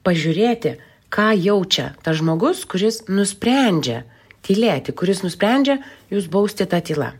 pažiūrėti ką jaučia tas žmogus kuris nusprendžia tylėti kuris nusprendžia jus bausti ta tyla